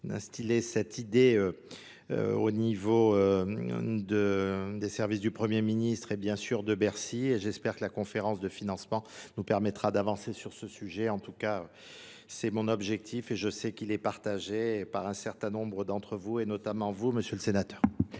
d'installer cette idée au niveau des services du Premier Ministre et bien sûr de Bercy et j'espère que la conférence de financement nous permettra d'avancer sur ce sujet. En tout cas, c'est mon objectif et je sais qu'il est partagé par un certain nombre d'entre vous et notamment vous, M. le Sénateur.